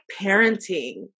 parenting